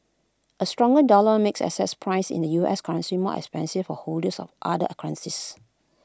A stronger dollar makes assets priced in the U S currency more expensive for holders other currencies